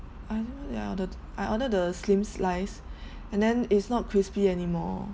I know what did I order I ordered the slim slice and then it's not crispy anymore